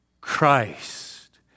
Christ